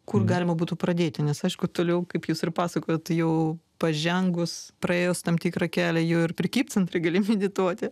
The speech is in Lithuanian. kur galima būtų pradėti nes aišku toliau kaip jūs ir pasakojot jau pažengus praėjus tam tikrą kelią jau ir prekybcentry gali medituoti